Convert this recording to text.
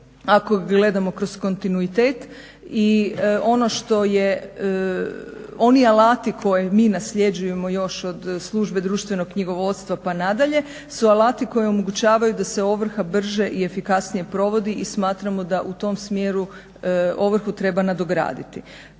ako gledamo kroz kontinuitet i oni alati koje mi nasljeđujemo još od službe društvenog knjigovodstva pa nadalje su alati koji omogućavaju da se ovrha brže i efikasnije provodi i smatramo da u tom smjeru ovrhu treba nadograditi.